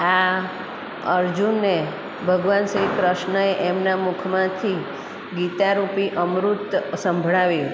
આ અર્જુનને ભગવાન શ્રી ક્રૃષ્ણએ એમના મુખમાંથી ગીતારૂપી અમૃત સંભળાવ્યું